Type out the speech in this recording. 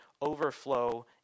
overflow